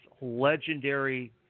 legendary